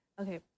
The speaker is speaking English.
Okay